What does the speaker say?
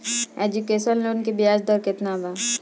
Education loan की ब्याज दर केतना बा?